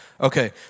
Okay